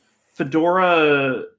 Fedora